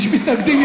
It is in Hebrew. יש מתנגדים.